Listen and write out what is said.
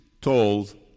told